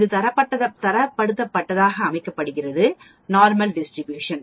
இது தரப்படுத்தப்பட்டதாக அழைக்கப்படுகிறது நார்மல் டிஸ்ட்ரிபியூஷன்